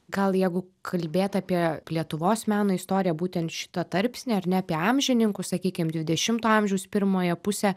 gal jeigu kalbėt apie lietuvos meno istoriją būtent šitą tarpsnį ar ne apie amžininkų sakykim dvidešimto amžiaus pirmąją pusę